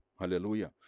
Hallelujah